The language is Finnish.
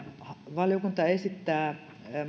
valiokunta esittää